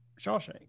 Shawshank